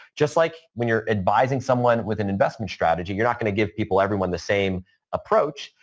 just like when you're advising someone with an investment strategy, you're not going to give people everyone the same approach.